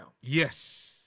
Yes